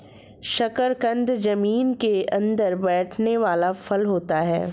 शकरकंद जमीन के अंदर बैठने वाला फल होता है